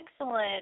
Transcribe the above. Excellent